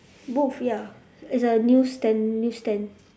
booth ya it's a news stand news stand